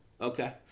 Okay